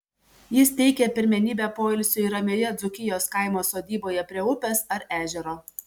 jis teikia pirmenybę poilsiui ramioje dzūkijos kaimo sodyboje prie upės ar ežero